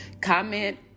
Comment